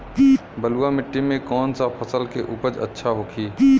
बलुआ मिट्टी में कौन सा फसल के उपज अच्छा होखी?